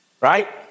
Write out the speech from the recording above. Right